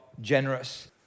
generous